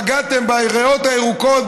פגעתם בריאות הירוקות,